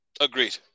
Agreed